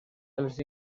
els